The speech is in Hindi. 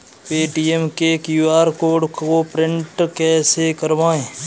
पेटीएम के क्यू.आर कोड को प्रिंट कैसे करवाएँ?